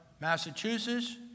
Massachusetts